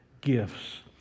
gifts